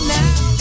now